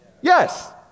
Yes